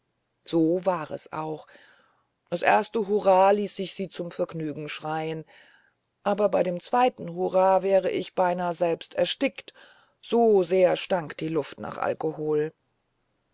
so war es auch das erste hurra ließ ich sie zum vergnügen schreien aber bei dem zweiten hurra wäre ich beinahe selbst erstickt so sehr stank die luft nach alkohol